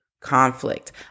conflict